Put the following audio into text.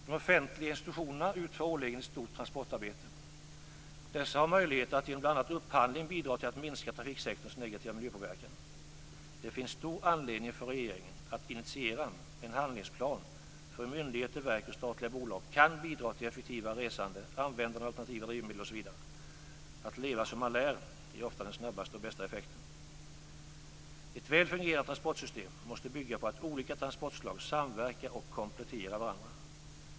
De offentliga institutionerna utför årligen ett stort transportarbete. Dessa har möjligheter att genom bl.a. upphandling bidra till att minska trafiksektorns negativa miljöpåverkan. Det finns stor anledning för regeringen att initiera en handlingsplan för hur myndigheter, verk och statliga bolag kan bidra till effektivare resande, användande av alternativa drivmedel osv. Att leva som man lär ger ofta den snabbaste och bästa effekten. Ett väl fungerande transportsystem måste bygga på att olika transportslag samverkar och kompletterar varandra.